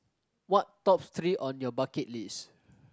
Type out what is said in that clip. what top three on your bucket list